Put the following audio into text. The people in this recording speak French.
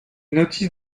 notices